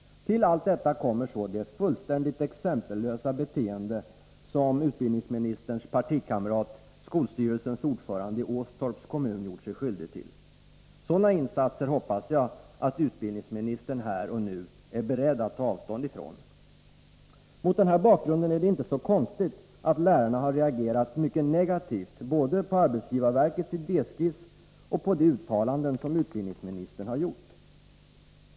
Till allt detta kommer så det fullständigt exempellösa beteende som utbildningsministerns partikamrat, skolstyrelsens ordförande i Åstorps kommun, gjort sig skyldig till. Sådana ”insatser” hoppas jag att utbildningsministern här och nu är beredd att ta avstånd ifrån. Mot den här bakgrunden är det inte så konstigt att lärarna har reagerat mycket negativt både på arbetsgivarverkets idéskiss och på de uttalanden som utbildningsministern har gjort.